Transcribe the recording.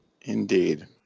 Indeed